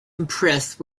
impressed